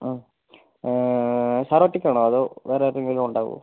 ആ സാർ ഒറ്റയ്ക്ക് ആണോ അതോ വേറെ ആരെങ്കിലും ഉണ്ടാവോ